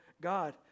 God